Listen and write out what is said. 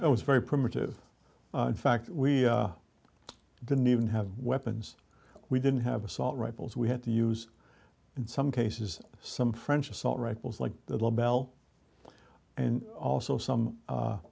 i was very primitive in fact we didn't even have weapons we didn't have assault rifles we had to use in some cases some french assault rifles like the bell and also some